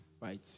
right